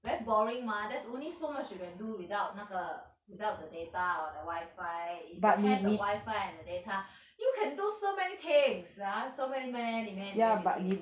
very boring mah there's only so much you can do without 那个 without the data or the wifi if you have the wifi and the data you can do so many things ya so many many many many things